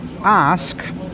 ask